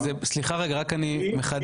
סליחה רגע רק אני מחדד,